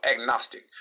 agnostic